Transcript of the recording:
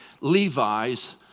Levi's